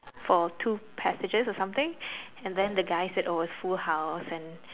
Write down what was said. for two passages or something and then the guy said was full house and